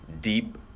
deep